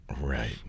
Right